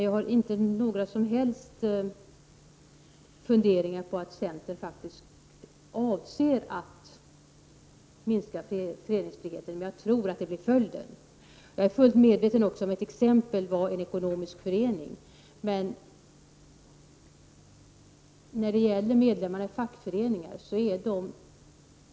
Jag har inte några som helst funderingar om att centern faktiskt avser att minska föreningsfriheten. Men jag tror att det blir följden om man tar till lagstiftning. Sedan är jag fullt medveten om att det exempel som jag anförde gällde en ekonomisk förening.